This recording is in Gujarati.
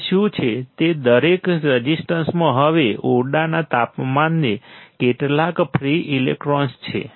તે શું છે કે દરેક રઝિસ્ટન્સમાં હવે ઓરડાના તાપમાને કેટલાક ફ્રિ ઇલેક્ટ્રોન છે